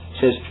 says